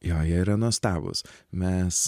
jo jie yra nuostabūs mes